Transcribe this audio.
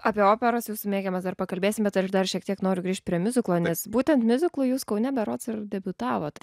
apie operas jūsų mėgiamas dar pakalbėsim bet dar šiek tiek noriu grįžt prie miuziklo nes būtent miuziklu jūs kaune berods ir debiutavot